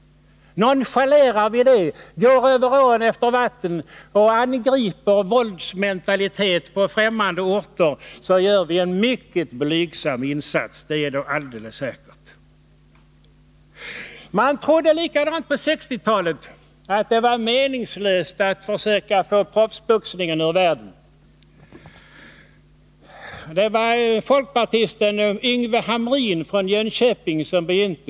Nonchalerar vi det och går över år efter vatten och angriper våldsmentalitet på främmande orter, så gör vi en mycket blygsam insats — det är då alldeles säkert. Man trodde på 1960-talet att det var meningslöst att försöka få proffsboxningen ur världen. Det var folkpartisten Yngve Hamrin från Jönköping som begynte.